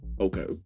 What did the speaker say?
Okay